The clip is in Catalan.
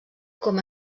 com